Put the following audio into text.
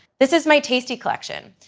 this is my tasty collection,